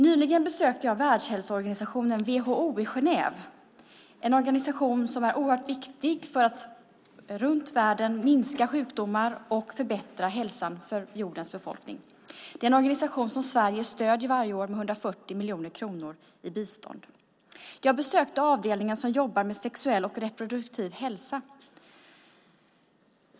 Nyligen besökte jag världshälsoorganisationen WHO i Genève, en organisation som är oerhört viktig för att minska sjukdomar och förbättra hälsan för jordens befolkning. Det är en organisation som Sverige stöder varje år med 140 miljoner kronor i bistånd. Jag besökte avdelningen som jobbar med sexuell och reproduktiv hälsa.